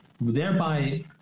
thereby